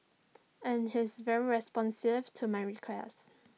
and he's very responsive to my requests